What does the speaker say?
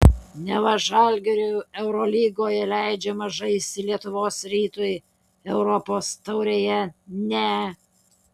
neva žalgiriui eurolygoje leidžiama žaisti lietuvos rytui europos taurėje ne